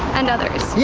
and others. yeah,